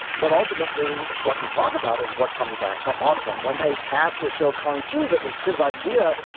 but ultimately, what you talk about is what comes back to haunt him when he cast the show kung fu. that was his idea.